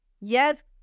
yes